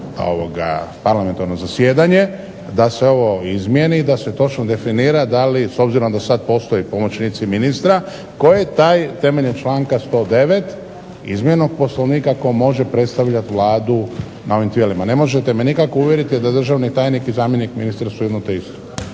parlamentarno zasjedanje da se ovo izmijeni i da se točno definira da li, s obzirom da sad postoje pomoćnici ministra, tko je taj temeljem članka 109. izmijenjenog Poslovnika tko može predstavlja Vladu na ovim tijelima. Ne možete me nikako uvjeriti da državni tajnik i zamjenik ministra su jedno te isto